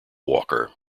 walker